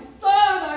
son